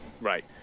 right